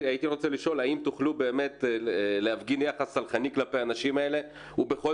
האם תוכלו להפגין יחס סלחני כלפי האנשים האלה ובכל